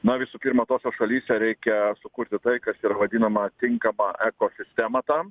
na visų pirma tose šalyse reikia sukurti tai kas yra vadinama tinkama ekosistema tam